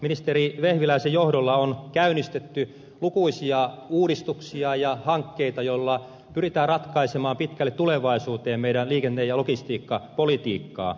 ministeri vehviläisen johdolla on käynnistetty lukuisia uudistuksia ja hankkeita joilla pyritään ratkaisemaan pitkälle tulevaisuuteen meidän liikenne ja logistiikkapolitiikkamme